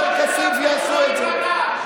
מכלוף מיקי זוהר (הליכוד):